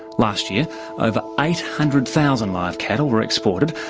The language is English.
last year over eight hundred thousand live cattle were exported,